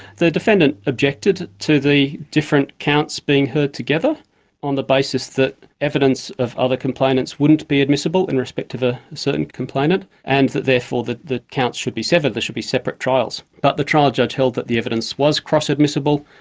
the defendant objected to the different counts being heard together on the basis that evidence of other complainants wouldn't be admissible in respect of a certain complainant, and that therefore the the counts should be severed, there should be separate trials. but the trial judge held that the evidence was cross-admissible,